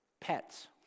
pets